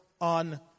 on